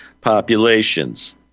populations